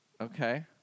Okay